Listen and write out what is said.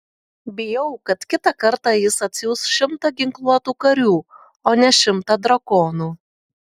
bijau kad kitą kartą jis atsiųs šimtą ginkluotų karių o ne šimtą drakonų